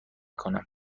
کنم